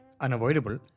unavoidable